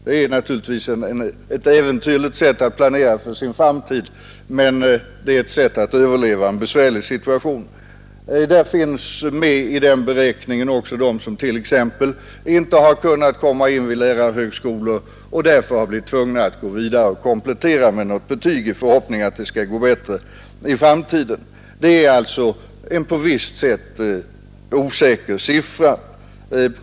Det är naturligtvis ett äventyrligt sätt att planera för sin framtid, men det är ett sätt att överleva en besvärlig situation. I den beräkningen finns också med de som t.ex. inte kunnat komma in vid lärarhögskolor och därför blivit tvungna att gå vidare och komplettera med något betyg i förhoppning att det skall gå bättre i framtiden. Det är alltså en på visst sätt osäker siffra.